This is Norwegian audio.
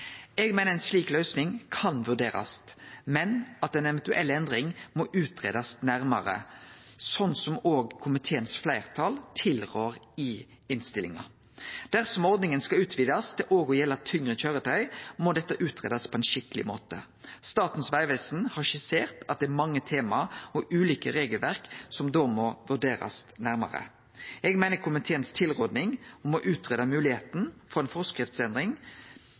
Eg meiner ei slik løysing kan vurderast, men at ei eventuell endring må greiast ut nærmare, slik fleirtalet i komiteen tilrår i innstillinga. Dersom ordninga skal utvidast til òg å gjelde tyngre køyretøy, må dette greiast ut på ein skikkeleg måte. Statens vegvesen har skissert at det er mange tema og ulike regelverk som da må vurderast nærmare. Eg meiner tilrådinga til komiteen om å greie ut moglegheita for ei forskriftsendring